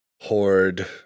Horde